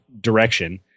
direction